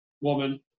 woman